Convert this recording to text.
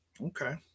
okay